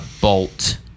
bolt